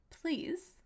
please